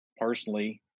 personally